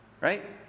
Right